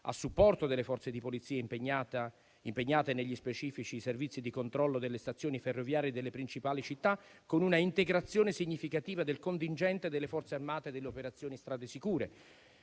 a supporto delle Forze di polizia impegnate negli specifici servizi di controllo delle stazioni ferroviarie delle principali città, con una integrazione significativa del contingente delle Forze armate delle operazioni strade sicure.